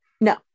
no